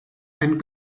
and